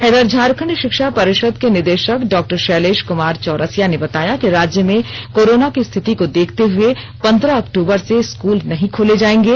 इधर झारखंड शिक्षा परिषद के निदेशक डॉ शैलेश कुमार चौरसिया ने बताया कि राज्य में कोरोना की स्थिति को देखते हए पंद्रह अक्टूबर से स्कूल नहीं खोले जाएंगे